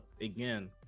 again